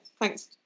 thanks